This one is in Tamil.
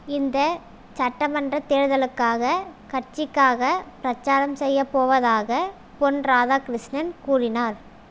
இந்த சட்டமன்றத் தேர்தலுக்காக கட்சிக்காக பிரச்சாரம் செய்யப் போவதாக பொன் ராதாகிருஷ்ணன் கூறினார்